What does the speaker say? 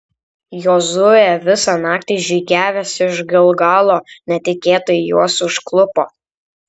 jozuė visą naktį žygiavęs iš gilgalo netikėtai juos užklupo